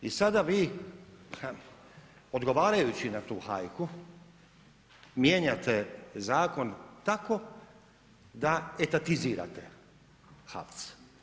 I sada vi odgovarajući na tu hajku mijenjate zakon tako da etatizirate HAVC.